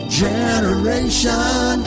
generation